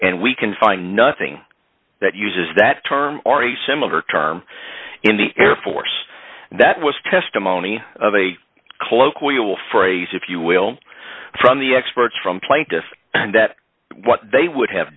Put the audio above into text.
and we can find nothing that uses that term or a similar term in the air force that was testimony of a colloquial phrase if you will from the experts from plaintiffs that what they would have